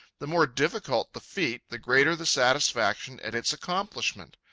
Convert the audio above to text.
the more difficult the feat, the greater the satisfaction at its accomplishment.